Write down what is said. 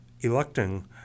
electing